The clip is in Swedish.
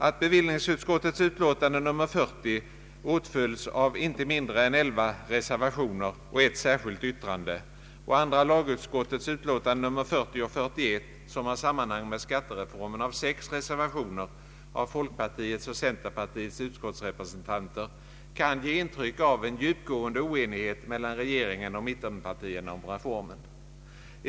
Att bevillningsutskottets betänkande nr 40 åtföljs av inte mindre än elva reservationer och ett särskilt yttrande och andra lagutskottets utlåtanden nr 40 och 41, som har samband med skattereformen, av sex reservationer från folkpartiets och centerpartiets utskottsrepresentanter, kan ge intryck av en djupgående oenighet mellan regeringen och mittenpartierna om reformen.